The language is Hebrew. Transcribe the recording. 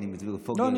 לא,